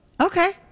Okay